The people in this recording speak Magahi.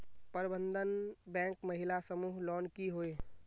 प्रबंधन बैंक महिला समूह लोन की होय?